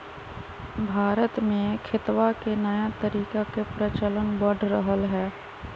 भारत में खेतवा के नया तरीका के प्रचलन बढ़ रहले है